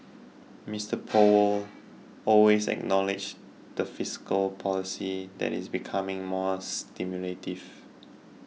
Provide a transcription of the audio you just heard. Mister Powell also acknowledged that fiscal policy is becoming more stimulative